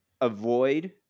avoid